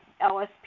LSP